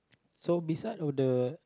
so beside of the